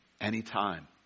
anytime